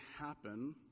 happen